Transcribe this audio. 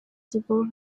devote